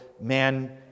man